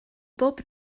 bob